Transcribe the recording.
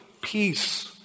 peace